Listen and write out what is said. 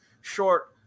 short